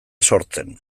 sortzen